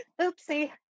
Oopsie